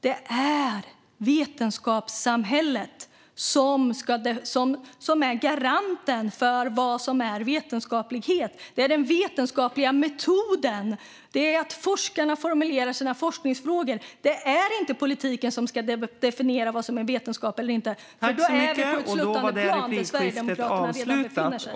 Det är vetenskapssamhället som är garanten för vad som är vetenskaplighet. Det är den vetenskapliga metoden. Det är att forskarna formulerar sina forskningsfrågor. Det är inte politiken som ska definiera vad som är vetenskap eller inte, för då är vi på ett sluttande plan där Sverigedemokraterna redan befinner sig.